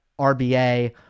RBA